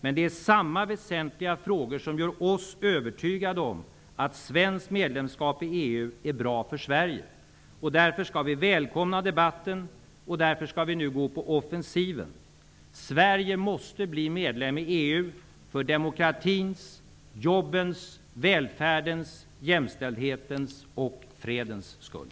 Men det är samma väsentliga frågor som gör oss övertygade om att svenskt medlemskap i EU är bra för Sverige. Därför skall vi välkomna debatten, och därför skall vi nu gå på offensiven. Sverige måste bli medlem i EU för demokratins, jobbens, välfärdens, jämställdhetens och fredens skull.